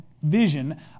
vision